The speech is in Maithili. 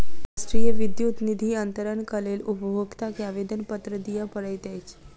राष्ट्रीय विद्युत निधि अन्तरणक लेल उपभोगता के आवेदनपत्र दिअ पड़ैत अछि